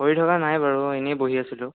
পঢ়ি থকা নাই বাৰু এনেই বহি আছিলো